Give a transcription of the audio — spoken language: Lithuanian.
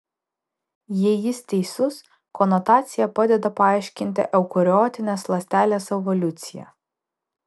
jei jis teisus konotacija padeda paaiškinti eukariotinės ląstelės evoliuciją